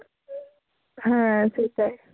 হ্যাঁ সেটাই